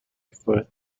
first